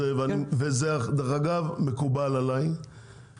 הוא אמר לנו את זה וזה דרך אגב מקובל עליי אוקיי,